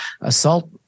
assault